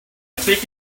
think